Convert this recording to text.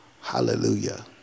Hallelujah